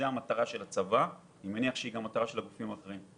זו המטרה של הצבא ואני מניח שזו גם המטרה של הגופים הביטחוניים.